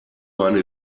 meine